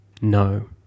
no